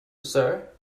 sir